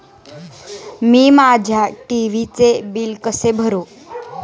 मी माझ्या टी.व्ही चे बिल कसे भरू?